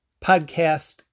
podcast